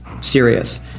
serious